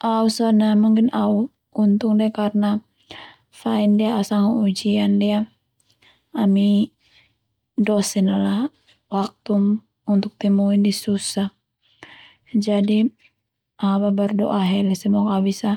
Au sone mungkin au untung dia karna faindia au sanga ujian ndia ami dosen ala waktu untuk temui ndia susah, jadi au boe berdoa ahele semoga au bisa